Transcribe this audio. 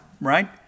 right